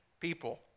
people